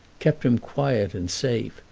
kept him quiet and safe,